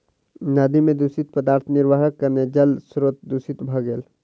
नदी में दूषित पदार्थ निर्वाहक कारणेँ जल स्त्रोत दूषित भ गेल